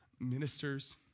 ministers